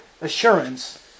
assurance